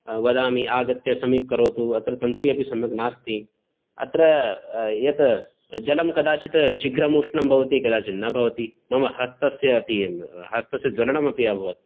वदामि आगत्य समीकरोतु अत्र तन्त्री अपि सम्यक् नास्ति अत्र यत् जलं कदाचित् शीघ्रम् उष्णं भवति कदाचित् न भवति मम हस्तस्य अति हस्तस्य ज्वलनम् अपि अभवत्